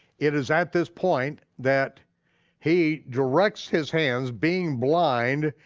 it is at this point that he directs his hands, being blind,